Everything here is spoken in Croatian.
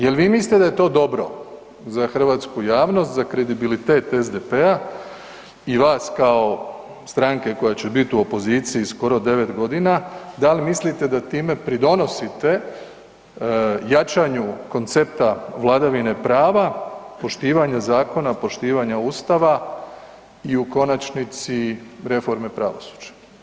Je li vi mislite da je to dobro za hrvatsku javnost, za kredibilitet SDP-a i vas kao stranke koja će biti u opoziciji skoro 9 godina, da li mislite da time pridonosite jačanju koncepta vladavine prava, poštivanja zakona, poštivanja Ustava, i u konačnici, reformi pravosuđa.